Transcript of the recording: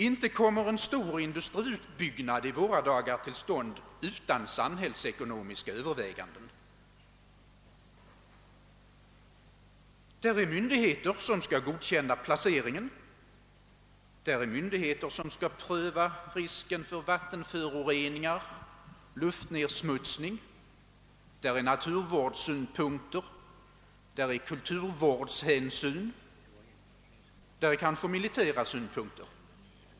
Inte kommer en stor industriutbyggnad i våra dagar till stånd utan samhällsekonomiska överväganden. Där är myndigheter som skall godkänna planeringen, där är myndigheter som skall pröva risken för vattenföroreningar, luftnedsmutsning, där är naturvårdssynpunkter, där är kulturvårdshänsyn, där är kanske militära synpunkter.